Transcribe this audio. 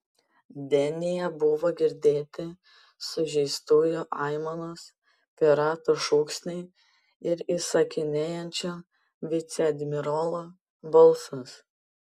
denyje buvo girdėti sužeistųjų aimanos piratų šūksniai ir įsakinėjančio viceadmirolo balsas